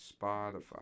Spotify